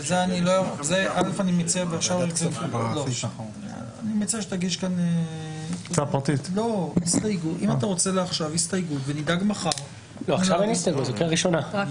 אני מציע שתגיש הסתייגות ונדאג מחר להזמין את הנציגים.